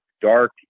Dark